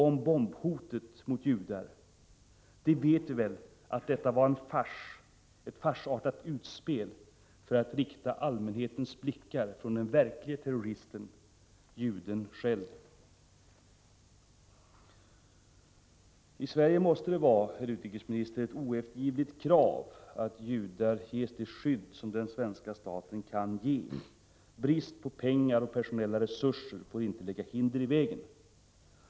Om bombhotet mot judarna säger han: Det vet vi väl att detta var ett farsartat utspel för att rikta allmänhetens blickar från den verklige terroristen — juden själv. I Sverige måste det vara, herr utrikesminister, ett oeftergivligt krav att judar ges det skydd som den svenska staten kan ge. Brist på pengar och personella resurser får inte lägga hinder i vägen.